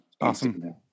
awesome